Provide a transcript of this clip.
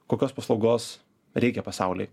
kokios paslaugos reikia pasauliui